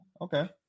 okay